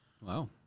wow